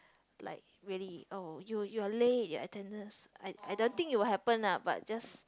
like really oh you're you're late your attendance I I don't think it will happen lah but just